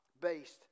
based